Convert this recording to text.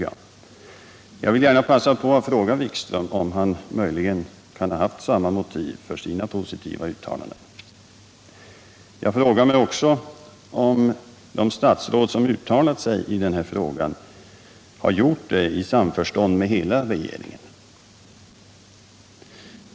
Jag vill gärna passa på att fråga Wikström om han möjligen har haft samma motiv för sina positiva uttalanden. Jag frågar mig också om de statsråd som uttalat sig i den här frågan har gjort det i samförstånd med hela regeringen.